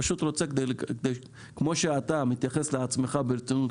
אני פשוט רוצה כמו שאתה מתייחס לעצמך ברצינות,